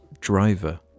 driver